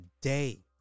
day